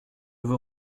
vous